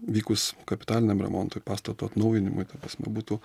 vykus kapitaliniam remontui pastato atnaujinimui ta prasme būtų